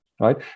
right